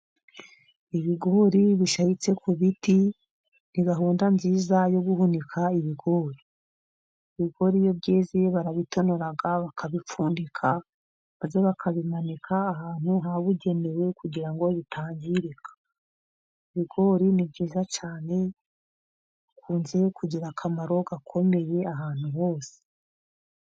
Ibigori bisharitse ku biti ni gahunda nziza yo guhunika ibigori, ibigori iyo byeze barabitonora bakabipfundika maze bakabimanika ahantu habugenewekugira ngo bitangirika, ibigori ni byiza cyane bikunze kugira akamaro gakomeye ahantu hose.